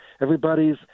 everybody's